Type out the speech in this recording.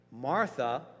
Martha